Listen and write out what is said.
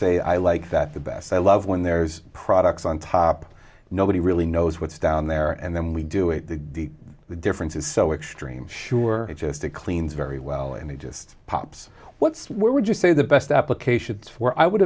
say i like that the best i love when there's products on top nobody really knows what's down there and then we do it the the difference is so extreme sure it just it cleans very well and he just pops what's what would you say the best applications for i would